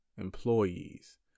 employees